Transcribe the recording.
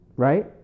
right